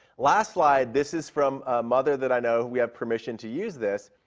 last slide, this is from a mother that i know. we have permission to use this,